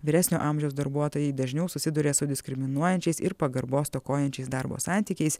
vyresnio amžiaus darbuotojai dažniau susiduria su diskriminuojančiais ir pagarbos stokojančiais darbo santykiais